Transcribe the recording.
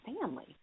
family